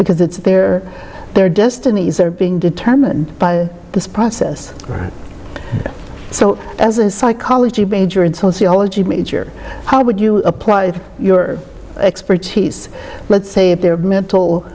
because it's their their destinies are being determined by this process so as a psychology major in sociology major how would you apply your expertise let's say if there are mental